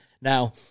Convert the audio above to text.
Now